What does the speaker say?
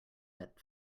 but